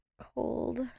Cold